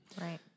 Right